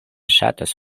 ŝatas